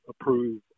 approve